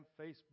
Facebook